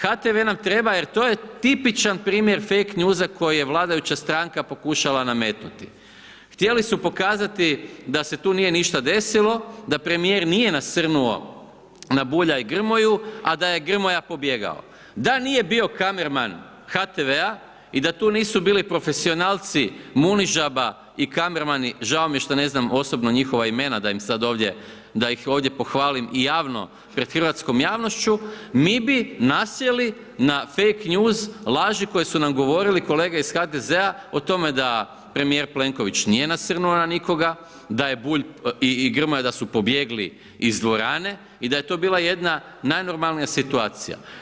HTV nam treba jer to je tipičan primjer fejk njuza koji je vladajuća stranka pokušala nametnuti, htjeli su pokazati da se tu nije ništa desilo, da premijer nije nasrnuo na Bulja i Grmoju, a da je Grmoja pobjegao, da nije bio kamerman HTV-a i da tu nisu bili profesionalci Munižaba i kamermani, žao mi je što ne znam osobno njihova imena, da im sad ovdje, da ih ovdje pohvalim i javno pred hrvatskom javnošću, mi bi nasjeli na fejk njuz laži koje su nam govorili kolege iz HDZ-a o tome da premijer Plenković nije nasrnuo na nikoga, da je Bulj i Grmoja da su pobjegli iz dvorane i da je to bila jedna najnormalnija situacija.